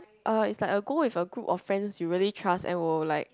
uh it's like a go with a group of friends you really trust and will like